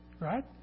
right